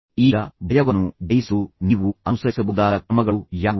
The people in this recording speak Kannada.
ಈಗ ಭಯವನ್ನು ಜಯಿಸಲು ನೀವು ಅನುಸರಿಸಬಹುದಾದ ಕ್ರಮಗಳು ಯಾವುವು